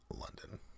London